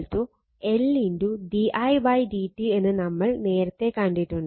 v L d i d t എന്ന് നമ്മൾ നേരത്തെ കണ്ടിട്ടുണ്ട്